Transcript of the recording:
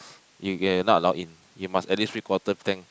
you get not allowed in you must at least three quarter tank